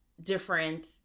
different